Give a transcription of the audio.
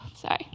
sorry